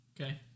Okay